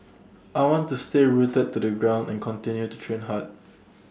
I want to stay rooted to the ground and continue to train hard